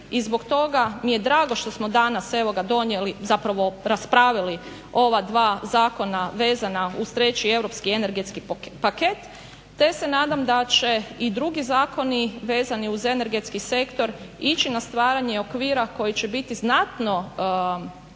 i zbog toga mi je drago što smo danas evo ga donijeli zapravo raspravili ova dva zakona vezana uz treći europski energetski paket te se nadam da će i drugi zakoni vezani uz energetski sektor ići na stvaranje okvira koji će biti znatno